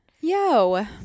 yo